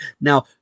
Now